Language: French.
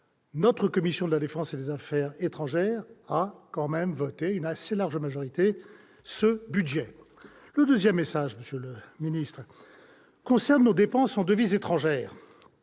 la commission de la défense et des affaires étrangères l'a voté à une assez large majorité. Le deuxième message, monsieur le ministre, concerne nos dépenses en devises étrangères.